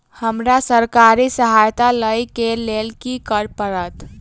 हमरा सरकारी सहायता लई केँ लेल की करऽ पड़त?